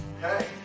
Hey